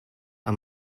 are